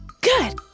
Good